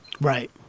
Right